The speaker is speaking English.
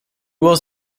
was